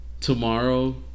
tomorrow